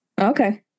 Okay